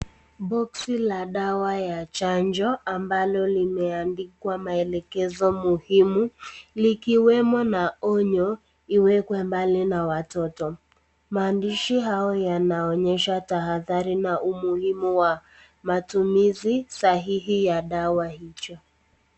Boksi la dawa ya chanjo ambalo limeandikwa maelekezo muhimu likiwemo na onyo, liwekwe mali na watoto. Maandishi hayo yanaonyesha tahadhari na umuhimu wa matumizi sahihi ya dawa hiyo.